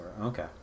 okay